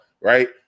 right